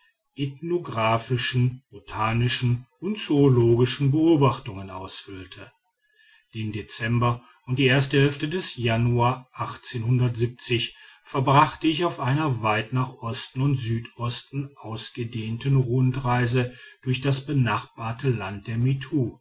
ethnographischen botanischen und zoologischen beobachtungen ausfüllte den dezember und die erste hälfte des januar verbrachte ich auf einer weit nach osten und südosten ausgedehnten rundreise durch das benachbarte land der mittu